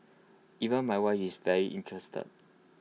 even my wife is very interested